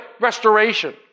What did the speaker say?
restoration